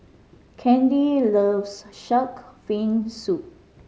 Kandy loves shark fin soup